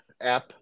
app